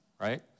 right